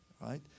right